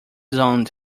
zoned